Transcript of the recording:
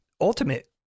ultimate